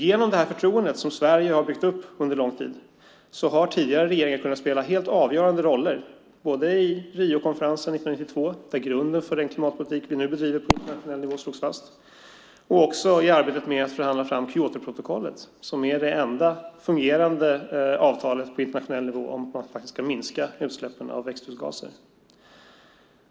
Genom det förtroende som Sverige har byggt upp under lång tid har tidigare regeringar kunnat spela en helt avgörande roll både i Riokonferensen 1992, där grunden för den klimatpolitik som vi nu bedriver slogs fast, och i arbetet med att förhandla fram Kyotoprotokollet, som är det enda fungerande avtalet på internationell nivå om att vi ska minska utsläppen av växthusgaser.